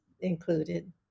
included